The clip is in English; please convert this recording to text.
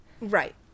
Right